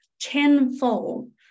tenfold